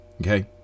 okay